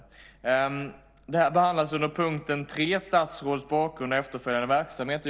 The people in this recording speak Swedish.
Frågan behandlas under punkt 3, Statsråds bakgrund och efterföljande verksamhet.